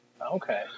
Okay